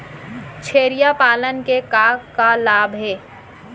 छेरिया पालन के का का लाभ हे?